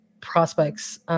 prospects